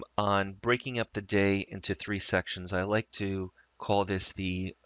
um on breaking up the day into three sections. i like to call this the,